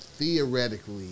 Theoretically